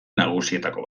nagusietako